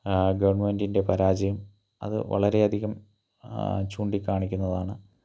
ഗവണ്മെൻറ്റിൻ്റെ പരാജയം അത് വളരെയധികം ചൂണ്ടി കാണിക്കുന്നതാണ്